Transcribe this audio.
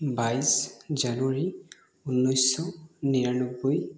বাইছ জানুৱাৰী উনৈছশ নিৰানব্বৈ